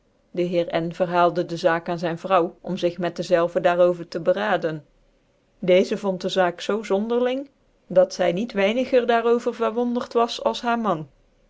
de heer n verhaalde dc zaak aan zyn vrouw om tig met dezelve daar over tc beraden deezc vond dc zaak zoo zonderling dat zy niet wcinigcr daar over verwondert was als baar man